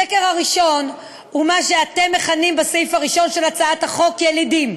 השקר הראשון הוא מה שאתם מכנים בסעיף הראשון של הצעת החוק "ילידים".